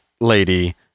lady